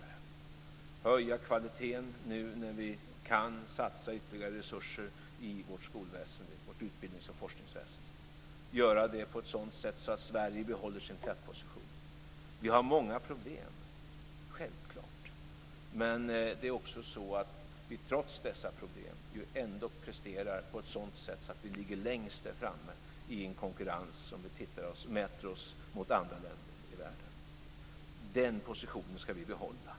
Vi ska höja kvaliteten nu när vi kan satsa ytterligare resurser i vårt skolväsende och utbildnings och forskningsväsende. Vi ska göra det på ett sådant sätt att Sverige behåller sin tätposition. Vi har många problem. Självklart. Men trots dessa problem presterar vi ändå så att vi ligger längst fram i konkurrens med andra länder i världen. Den positionen ska vi behålla.